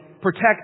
protect